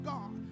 God